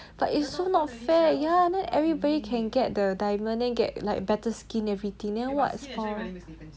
but it's so not fair ya ya then everybody can get the diamond then get like better skin everything then what's the point